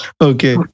Okay